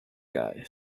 guy